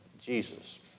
Jesus